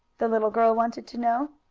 the little girl wanted to know.